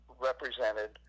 represented